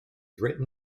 written